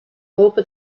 hopen